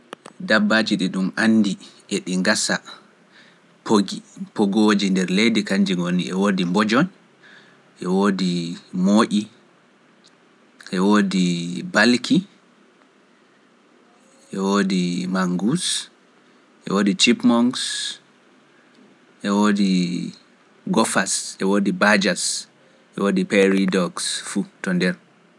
Dabbaji ɗi ɗum anndi e ɗi ngasa pogooji, pogoji nder leydi, e woodi bojoon, e woodi mooƴi, e woodi balki, e woodi mangus, e woodi cipmons, e woodi gofas, e woodi bajas, e woodi peridoks fuu to nder.